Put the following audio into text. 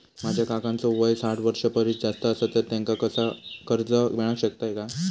माझ्या काकांचो वय साठ वर्षां परिस जास्त आसा तर त्यांका कर्जा मेळाक शकतय काय?